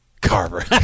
Carver